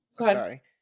sorry